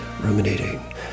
ruminating